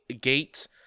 gate